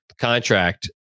contract